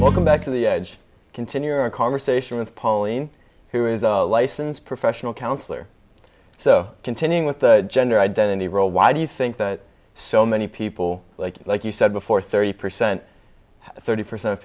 more welcome back to the edge continue our conversation with pauline who is a licensed professional counselor so continuing with the gender identity role why do you think that so many people like like you said before thirty percent thirty percent of